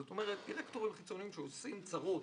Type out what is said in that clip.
זאת אומרת, דירקטורים חיצוניים ש"עושים צרות